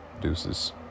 deuces